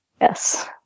Yes